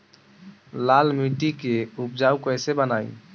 लाल मिट्टी के उपजाऊ कैसे बनाई?